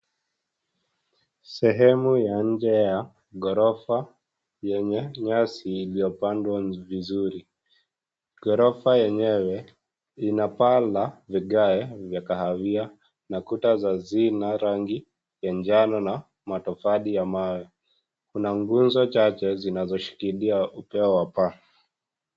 Sehemu ya nje ya ghorofa yenye nyasi iliyopandwa vizuri. Ghorofa yenyewe ina paa la vigae vya kahawia na kuta za zina rangi ya njano na matofali ya mawe. Kuna nguzo chache zinazoshikilia upeo wa paa.